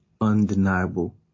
undeniable